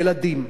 ילדים,